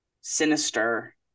sinister